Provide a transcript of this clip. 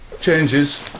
Changes